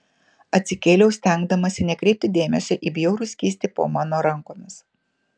atsikėliau stengdamasi nekreipti dėmesio į bjaurų skystį po mano rankomis